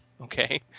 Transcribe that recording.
Okay